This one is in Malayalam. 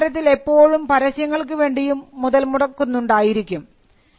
ഒരു വ്യാപാരത്തിൽ എപ്പോഴും പരസ്യങ്ങൾക്കു വേണ്ടിയും മുതൽമുടക്കുന്നുണ്ടായിരിക്കും